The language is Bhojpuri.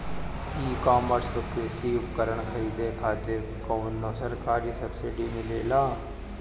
ई कॉमर्स पर कृषी उपकरण खरीदे खातिर कउनो सरकारी सब्सीडी मिलेला?